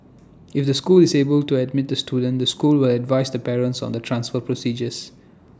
if the school is able to admit the student the school will advise the parent on the transfer procedures